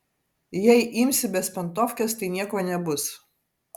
jei imsi bezpantovkes tai nieko nebus